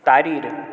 तारीर